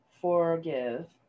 Forgive